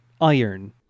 iron